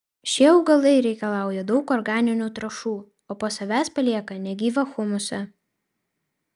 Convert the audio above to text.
šie augalai reikalauja daug organinių trąšų o po savęs palieka negyvą humusą